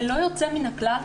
ללא יוצא מן הכלל,